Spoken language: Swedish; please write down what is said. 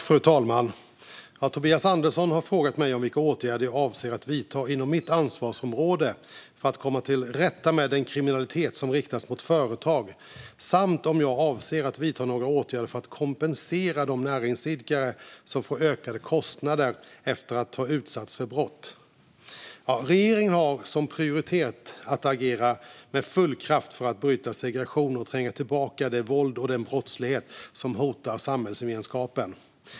Fru talman! Tobias Andersson har frågat mig vilka åtgärder jag avser att vidta inom mitt ansvarsområde för att komma till rätta med den kriminalitet som riktas mot företag samt om jag avser att vidta några åtgärder för att kompensera de näringsidkare som får ökade kostnader efter att ha utsatts för brott. Regeringen har som prioritet att agera med full kraft för att bryta segregationen och tränga tillbaka det våld och den brottslighet som hotar samhällsgemenskapen.